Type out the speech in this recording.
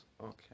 Okay